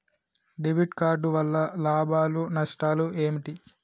Debit card వల్ల లాభాలు నష్టాలు ఏమిటి?